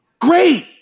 Great